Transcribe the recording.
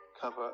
cover